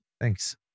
Thanks